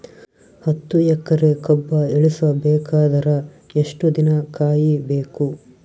ಹತ್ತು ಎಕರೆ ಕಬ್ಬ ಇಳಿಸ ಬೇಕಾದರ ಎಷ್ಟು ದಿನ ಕಾಯಿ ಬೇಕು?